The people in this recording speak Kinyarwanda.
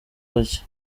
gake